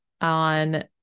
on